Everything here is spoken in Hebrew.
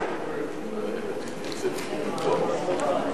תודה רבה.